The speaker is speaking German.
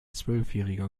zwölfjähriger